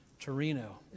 Torino